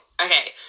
Okay